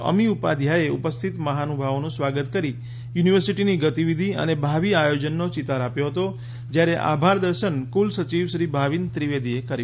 અમી ઉપાધ્યાયે ઉપસ્થિત મહાનુભાવોનું સ્વાગત કરી યુનિવર્સિટીની ગતિવિધિ અને ભાવી આયોજનો ચિતાર આપ્યો હતો જ્યારે આભાર દર્શન કુલસચિવશ્રી ભાવિન ત્રિવેદીએ કર્યુ હતુ